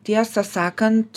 tiesą sakant